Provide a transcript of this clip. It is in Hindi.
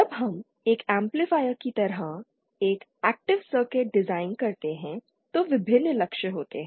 जब हम एक एम्पलीफायर की तरह एक एक्टिव सर्किट डिजाइन करते हैं तो विभिन्न लक्ष्य होते हैं